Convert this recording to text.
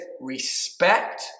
respect